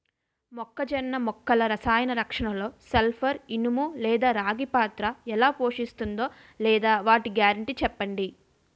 మొక్కజొన్న మొక్కల రసాయన రక్షణలో సల్పర్, ఇనుము లేదా రాగి పాత్ర ఎలా పోషిస్తుందో లేదా వాటి గ్యారంటీ చెప్పండి